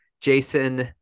Jason